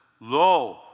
Lo